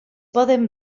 poden